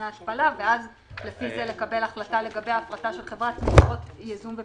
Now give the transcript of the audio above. ההתפלה ואז לפי זה לקבל החלטה לגבי ההפרטה של חברת מקורות ייזום ופיתוח.